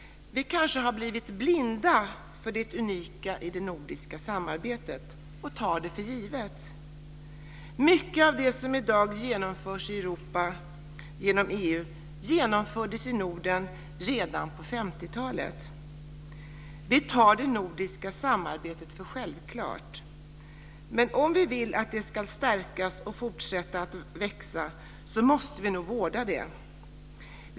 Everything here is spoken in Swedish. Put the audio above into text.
Vi kanske har blivit blinda för det unika i det nordiska samarbetet och tar det för givet. Mycket av det som i dag genomförs i Europa genom EU genomfördes i Norden redan på 50-talet. Vi tar det nordiska samarbetet för självklart, men om vi vill att det ska stärkas och fortsätta att växa måste vi nog vårda det.